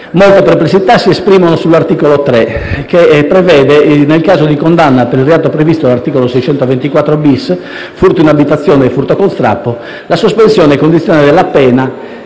Molte perplessità si esprimono invece sull'articolo 3, che prevede, nel caso di condanna per il reato previsto dall'articolo 624-*bis* (furto in abitazione e furto con strappo), la sospensione condizionale della pena